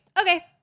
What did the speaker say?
okay